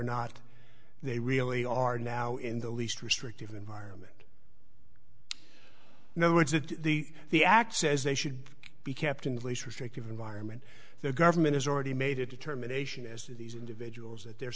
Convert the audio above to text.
not they really are now in the least restrictive environment now is that the the act says they should be kept in place restrictive environment the government has already made a determination as to these individuals that they're